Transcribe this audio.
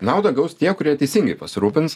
naudą gaus tie kurie teisingai pasirūpins